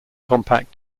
compact